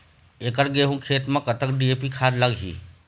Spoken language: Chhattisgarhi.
एकड़ गेहूं खेत म कतक डी.ए.पी खाद लाग ही?